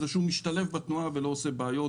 שהוא משתלב בתנועה ולא עושה בעיות.